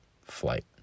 flight